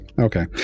Okay